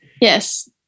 yes